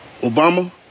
Obama